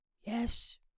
Yes